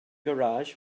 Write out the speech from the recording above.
garage